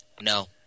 No